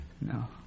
No